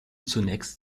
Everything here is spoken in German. zunächst